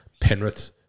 Penrith –